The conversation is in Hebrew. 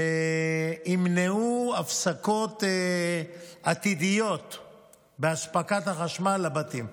וימנעו הפסקות עתידיות באספקת החשמל לבתים.